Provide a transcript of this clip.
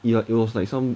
ya it was like some